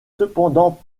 cependant